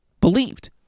believed